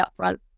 upfront